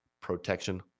protection